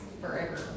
forever